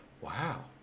wow